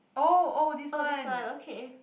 oh this one okay